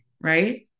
right